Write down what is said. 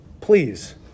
Please